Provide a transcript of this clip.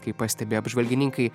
kaip pastebi apžvalgininkai